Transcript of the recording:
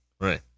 Right